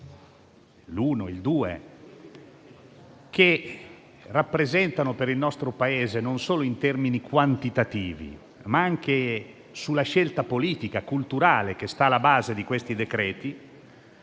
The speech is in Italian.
Essi rappresentano, per il nostro Paese, non solo in termini quantitativi, ma anche per la scelta politica e culturale che sta alla base di questi decreti,